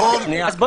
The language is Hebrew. בדיוק, נכון.